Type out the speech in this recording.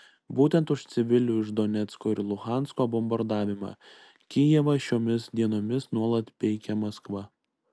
būtent už civilių iš donecko ir luhansko bombardavimą kijevą šiomis dienomis nuolat peikia maskva